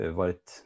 varit